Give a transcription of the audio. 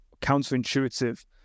counterintuitive